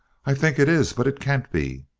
i think it is, but it can't be.